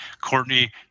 Courtney